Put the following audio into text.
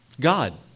God